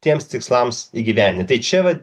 tiems tikslams įgyvendinti tai čia vat